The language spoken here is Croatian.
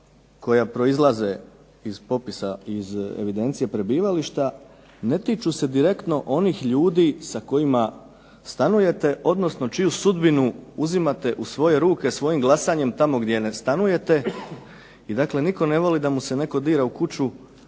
koja proizlaze iz evidencije prebivališta ne tiču se direktno onih ljudi sa kojima stanujete, odnosno čiju sudbinu uzimate u svoje ruke svojim glasanjem tamo gdje ne stanujete i dakle nitko ne voli da mu se netko dira u kuću,